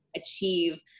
achieve